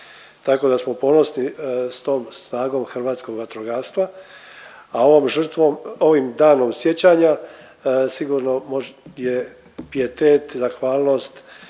tako da smo ponosni s tom snagom hrvatskog vatrogastva, a ovom žrtvom, ovim danom sjećanja sigurno .../nerazumljivo/... je pijetet zahvalnost